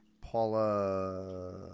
Paula